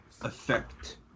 affect